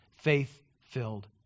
faith-filled